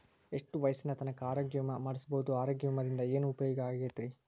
ಎಷ್ಟ ವಯಸ್ಸಿನ ತನಕ ಆರೋಗ್ಯ ವಿಮಾ ಮಾಡಸಬಹುದು ಆರೋಗ್ಯ ವಿಮಾದಿಂದ ಏನು ಉಪಯೋಗ ಆಗತೈತ್ರಿ?